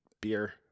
beer